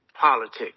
politics